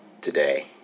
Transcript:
today